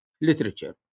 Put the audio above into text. literature